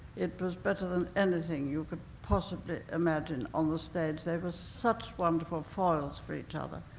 it was better than anything you could possibly imagine on the stage. they were such wonderful foils for each other.